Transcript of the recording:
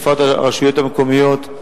בפרט הרשויות המקומיות,